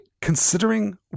Considering